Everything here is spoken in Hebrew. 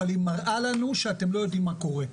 אבל היא מראה לנו שאתם לא יודעים מה קורה.